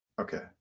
Okay